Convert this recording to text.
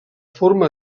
forma